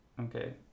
Okay